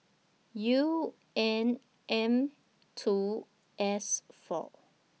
U N M two S four